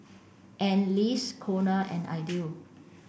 Anneliese Konner and Idell